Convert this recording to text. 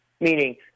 meaning